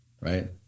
right